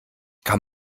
kann